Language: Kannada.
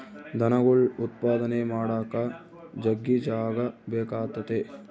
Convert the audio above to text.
ದನಗುಳ್ ಉತ್ಪಾದನೆ ಮಾಡಾಕ ಜಗ್ಗಿ ಜಾಗ ಬೇಕಾತತೆ